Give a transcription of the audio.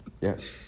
Yes